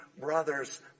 brothers